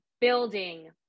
building